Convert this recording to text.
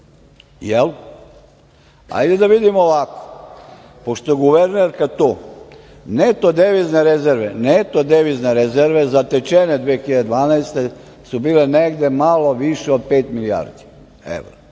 jel? Hajde da vidimo ovako, pošto je guvernerka tu, neto devizne rezerve zatečene 2012. godine, su bile negde malo više od 5 milijardi evra.